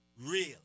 real